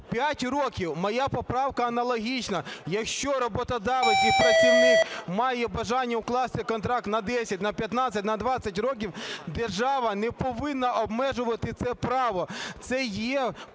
5 років. Моя поправка аналогічна, якщо роботодавець і працівник має бажання укласти контракт на 10, на 15, на 20 років, держава не повинна обмежувати це право,